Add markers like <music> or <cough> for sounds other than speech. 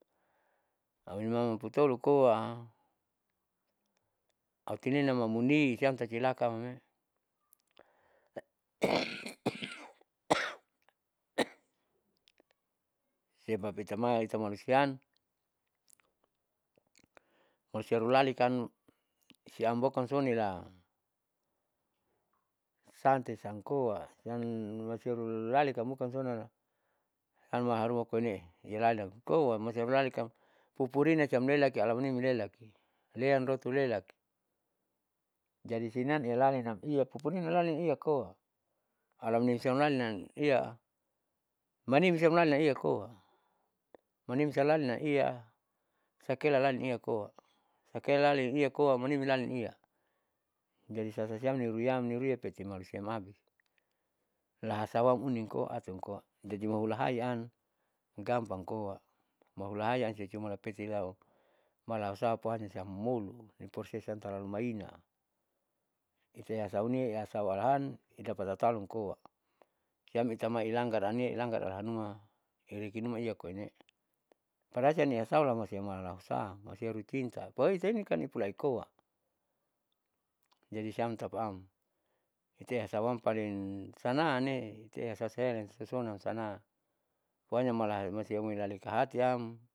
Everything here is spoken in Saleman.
Aunimaman putolu koa autininamam muni siam cilakaame <noise> sebab itama itamalusian <noise> malusia luralikan siam bokon sonila sante siamkoa <un> malusiaru lali kamuka sonala han haruma haruma koine ilaliam koamacam ilalikam purina siam lelaki alamanimi lelaki riam lotu lelaki> jadi sianan iyalalinam pupurina iyalalin iya koa alamaniki siam lalinan iya manimi siam lalin amkoa manimi siam lalinaiya sakela lalin iyakoa sakela lalin iya koa manimi lalin iya jadi sasasiuam niruia peiti malusiam abis lahawam uninkoa apium koa jadi hulahaian gampang koa maihulaian cuciam petilau malausapa nisiam molu in prosesam talalu maina isesauni saualahan itabata talun koa siam ita mailanggar ane ilanggaran numa iyarekenuma iya koine paracan iyasau siamalalausa mosiaru cinta poite inikan ipulaikoa. Jadi siam tapaam iteam sauam parin sananee itehasasaelan sosoanam sana pohanya mala malusiamoi kahatiam.